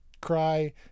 cry